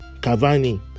cavani